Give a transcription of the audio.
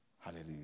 Hallelujah